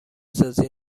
سازی